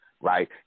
right